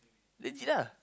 legit ah